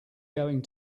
going